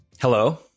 Hello